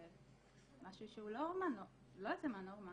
זה לא משהו שהוא לא יוצא מהנורמה.